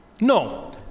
No